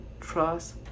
trust